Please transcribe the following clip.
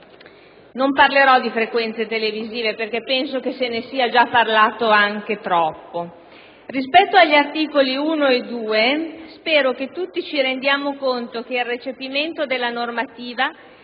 Non parlerò di frequenze televisive, perché penso che se ne sia già parlato anche troppo. Rispetto agli articoli 1 e 2, spero che ci rendiamo tutti conto che il recepimento della normativa